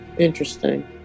interesting